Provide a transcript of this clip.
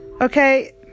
okay